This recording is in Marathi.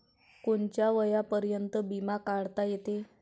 कोनच्या वयापर्यंत बिमा काढता येते?